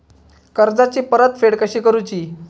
कर्जाची परतफेड कशी करुची?